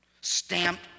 Stamped